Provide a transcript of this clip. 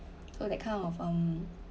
so that kind of um